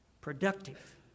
productive